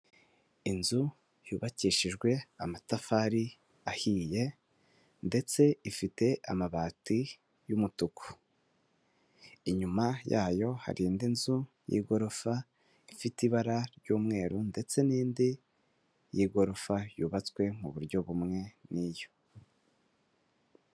Inzu yubakishijwe amatafari ahiye ndetse ifite amabati y'umutuku, inyuma yayo hari indi nzu y'igorofa ifite ibara ry'umweru ndetse n'indi y'igorofa yubatswe mu buryo bumwe n'iyo.